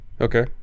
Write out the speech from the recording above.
Okay